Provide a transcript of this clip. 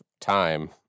time